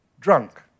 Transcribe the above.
drunk